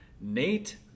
Nate